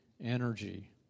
energy